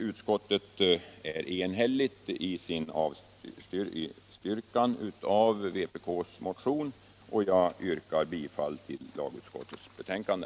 Utskottet är enigt i sin avstyrkan av vpk:s motion, och jag yrkar bifall till hemställan i lagutskottets betänkande.